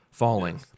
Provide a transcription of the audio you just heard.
Falling